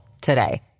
today